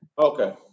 Okay